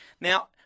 Now